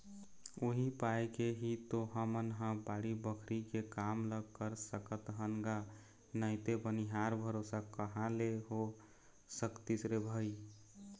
उही पाय के ही तो हमन ह बाड़ी बखरी के काम ल कर सकत हन गा नइते बनिहार भरोसा कहाँ ले हो सकतिस रे भई